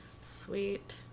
sweet